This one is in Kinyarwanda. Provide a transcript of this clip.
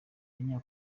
abanya